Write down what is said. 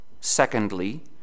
secondly